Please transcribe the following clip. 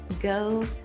go